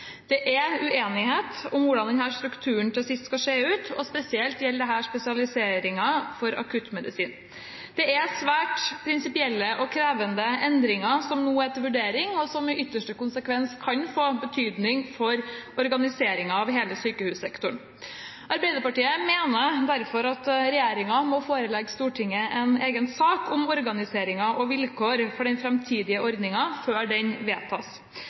Det er uenighet om hvordan denne strukturen til sist skal se ut, og spesielt gjelder dette spesialiseringen for akuttmedisin. Det er svært prinsipielle og krevende endringer som nå er til vurdering, og som i ytterste konsekvens kan få betydning for organiseringen av hele sykehussektoren. Arbeiderpartiet mener derfor at regjeringen må forelegge Stortinget en egen sak om organiseringen og vilkår for den framtidige ordningen før den vedtas.